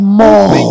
more